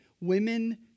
women